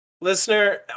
Listener